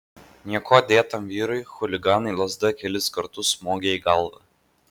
niekuo dėtam vyrui chuliganai lazda kelis kartus smogė į galvą